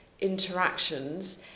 interactions